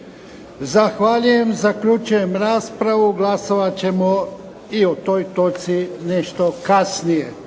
Zahvaljujem. Zaključujem raspravu. Glasovat ćemo i o toj točki nešto kasnije.